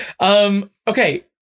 Okay